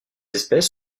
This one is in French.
espèces